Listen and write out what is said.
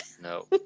No